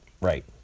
right